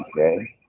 Okay